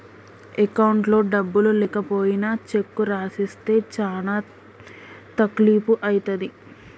అకౌంట్లో డబ్బులు లేకపోయినా చెక్కు రాసిస్తే చానా తక్లీపు ఐతది